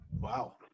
Wow